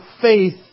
faith